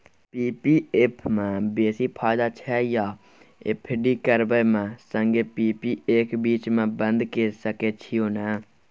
P P F म बेसी फायदा छै या एफ.डी करबै म संगे पी.पी एफ बीच म बन्द के सके छियै न?